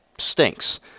stinks